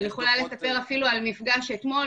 אני יכולה לספר אפילו על מפגש אתמול